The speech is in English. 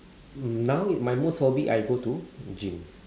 mm now i~ my most hobby I go to gym